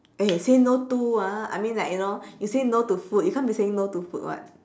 eh say no to ah I mean like you know you say no to food you can't be saying no to food [what]